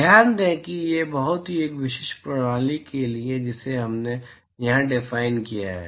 ध्यान दें कि यह एक बहुत ही विशिष्ट प्रणाली के लिए है जिसे हमने यहां डिफाइन किया है